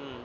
mm